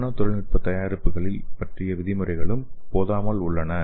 நானோ தொழில்நுட்ப தயாரிப்புகளில் பற்றிய விதிமுறைகளும் போதாமல் உள்ளன